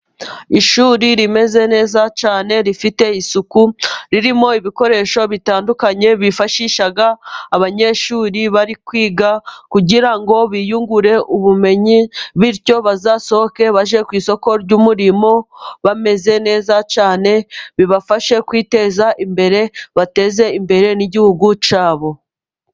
Ishuri rimeze neza cyane rifite isuku. Ririmo ibikoresho bitandukanye bifashisha abanyeshuri bari kwiga, kugira ngo biyungure ubumenyi bityo bazasohoke bajye ku isoko ry'umurimo bameze neza cyane, bibafashe kwiteza imbere bateze imbere n'Igihugu cyabo.